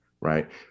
right